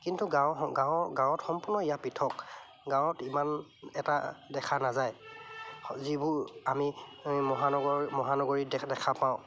কিন্তু গাঁৱৰ গাঁৱৰ গাঁৱত সম্পূৰ্ণ ইয়াৰ পৃথক গাঁৱত ইমান এটা দেখা নাযায় যিবোৰ আমি মহানগৰ মহানগৰীত দেখা দেখা পাওঁ